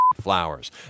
flowers